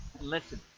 Listen